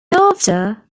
after